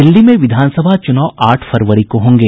दिल्ली में विधानसभा चुनाव आठ फरवरी को होंगे